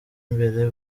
imbere